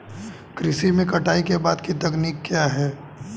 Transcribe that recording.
कृषि में कटाई के बाद की तकनीक क्या है?